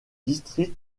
district